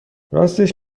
راستش